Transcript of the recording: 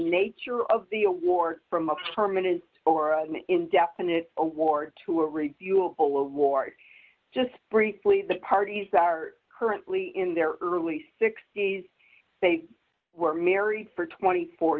nature of the award from a permanent or indefinite award to a reviewable award just briefly the parties are currently in their early sixty's they were married for twenty four